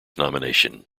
nomination